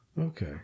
Okay